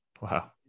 Wow